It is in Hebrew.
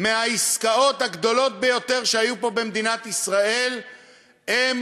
מהעסקאות הגדולות ביותר שהיו פה במדינת ישראל הם